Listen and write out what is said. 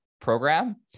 program